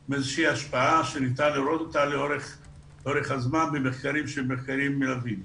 עם איזושהי השפעה שניתן לראות אותה לאורך הזמן במחקרים שהם מחקרים רבים.